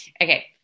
okay